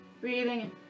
Breathing